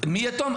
מי יתום?